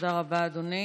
תודה רבה, אדוני.